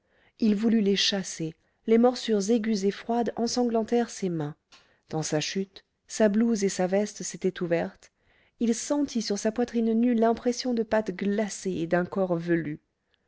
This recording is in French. il voulut les chasser les morsures aiguës et froides ensanglantèrent ses mains dans sa chute sa blouse et sa veste s'étaient ouvertes il sentit sur sa poitrine nue l'impression de pattes glacées et d'un corps velu